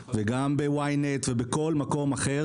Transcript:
וגם ב-ynet ובכל מקום אחר